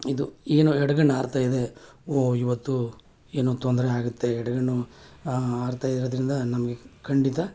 ಇದು ಏನು ಎಡ್ಗಣ್ಣು ಹಾರ್ತಾ ಇದೆ ಓ ಈವತ್ತು ಏನೋ ತೊಂದರೆ ಆಗುತ್ತೆ ಎಡಗಣ್ಣು ಹಾರ್ತಾ ಇರೋದರಿಂದ ನಮಗೆ ಖಂಡಿತ